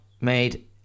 made